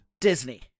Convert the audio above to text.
Disney